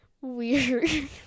weird